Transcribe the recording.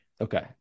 Okay